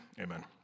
amen